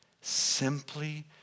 Simply